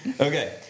Okay